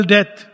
Death